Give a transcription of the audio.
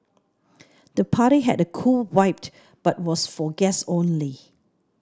the party had a cool vibe but was for guests only